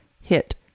hit